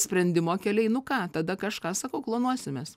sprendimo keliai nu ką tada kažką sakau klonuosimės